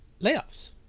layoffs